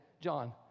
John